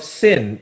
sin